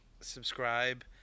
subscribe